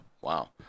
Wow